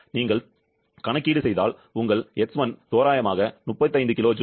நீங்கள் கணக்கீடு செய்தால் உங்கள் X1 தோராயமாக 35 kJ